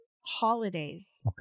holidays